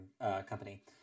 company